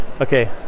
okay